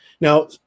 Now